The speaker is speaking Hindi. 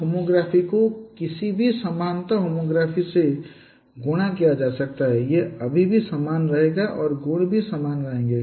होमोग्राफी को किसी भी समानता होमोग्राफी से गुणा किया जा सकता है यह अभी भी समान रहेगा और गुण भी समान रहेंगे